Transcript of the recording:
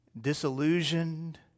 Disillusioned